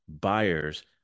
buyers